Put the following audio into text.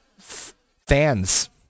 fans